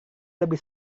lebih